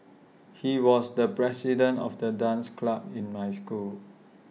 he was the president of the dance club in my school